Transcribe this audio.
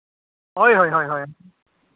ᱦᱳᱭ ᱦᱳᱭ ᱦᱳᱭ